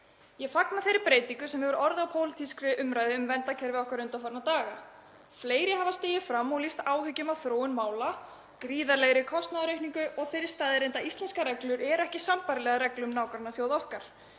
Ég fagna þeirri breytingu sem hefur orðið á pólitískri umræðu um verndarkerfið okkar undanfarna daga. Fleiri hafa stigið fram og lýst áhyggjum af þróun mála, gríðarlegri kostnaðaraukningu og þeirri staðreynd að íslenskar reglur eru ekki sambærilegar reglum nágrannaþjóða okkar,